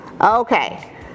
okay